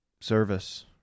service